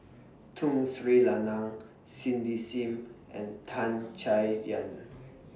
Tun Sri Lanang Cindy SIM and Tan Chay Yan